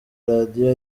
radio